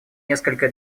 несколько